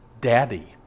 daddy